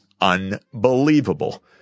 unbelievable